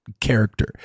character